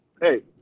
Hey